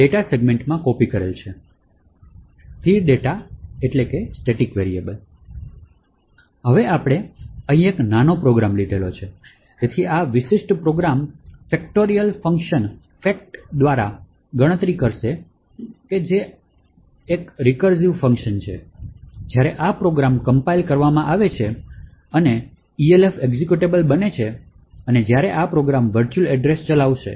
હવે આપણે અહીં એક નાનો પ્રોગ્રામ લીધો છે તેથી આ વિશિષ્ટ પ્રોગ્રામ ફેકટોરિયલ fact ફંકશન દ્વારા ગણતરી કરે છે જે આવશ્યક રૂપે એક રિકર્સીવ ફંક્શન છે જ્યારે આ પ્રોગ્રામ કમ્પાઇલ કરવામાં આવે છે અને એલ્ફ એક્ઝેક્યુટેબલ બને છે અને જ્યારે આ પ્રોગ્રામ વર્ચુઅલ એડ્રેસ ચલાવશે